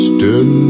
Stood